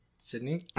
Sydney